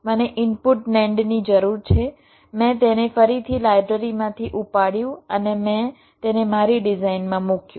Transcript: મને ઇનપુટ NANDની જરૂર છે મેં તેને ફરીથી લાઇબ્રેરીમાંથી ઉપાડ્યું અને મેં તેને મારી ડિઝાઇનમાં મૂક્યું